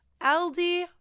Aldi